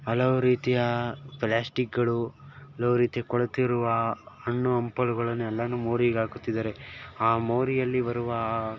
ಹಲವು ರೀತಿಯ ಪ್ಲ್ಯಾಸ್ಟಿಕ್ಗಳು ಹಲವು ರೀತಿಯ ಕೊಳೆತಿರುವ ಹಣ್ಣು ಹಂಪಲುಗಳನ್ನೆಲ್ಲನೂ ಮೋರಿಗೆ ಹಾಕುತ್ತಿದ್ದಾರೆ ಆ ಮೋರಿಯಲ್ಲಿ ಬರುವ